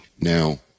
now